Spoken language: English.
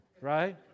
right